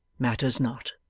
matters not.